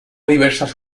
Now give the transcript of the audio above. diversas